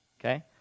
Okay